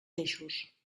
peixos